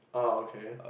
oh okay